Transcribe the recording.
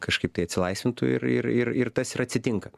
kažkaip tai atsilaisvintų ir ir ir ir tas ir atsitinka